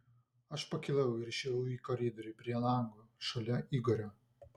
aš pakilau ir išėjau į koridorių prie lango šalia igorio